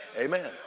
Amen